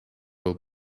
will